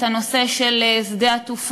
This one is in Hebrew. את הנושא של שדה-התעופה.